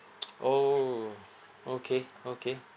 orh okay okay